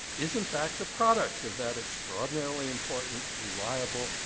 is in fact, a product of that extraordinarily important, reliable,